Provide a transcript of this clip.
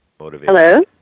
Hello